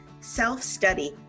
self-study